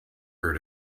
her